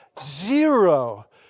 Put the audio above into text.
zero